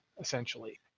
essentially